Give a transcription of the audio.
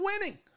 winning